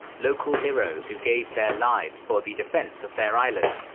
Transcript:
local heroes who gave their lives for the defense of their islands,